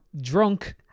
drunk